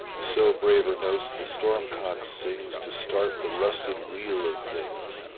so braver notes the storm-cock sings to start the rusted wheel of things,